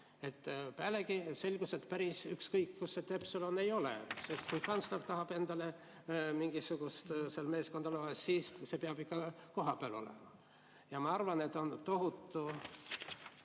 Pealegi selgus, et päris ükskõik, kus see stepsel on, ei ole, sest kui kantsler tahab endale mingisugust meeskonda luua, siis see peab ikka kohapeal olema. Ja ma arvan, et on tohutu